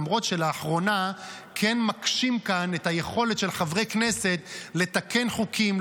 למרות שלאחרונה כן מקשים כאן על היכולת של חברי כנסת לתקן חוקים,